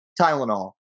Tylenol